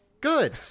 good